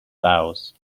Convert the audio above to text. bows